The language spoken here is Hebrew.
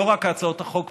לא רק להצעות החוק,